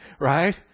Right